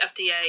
FDA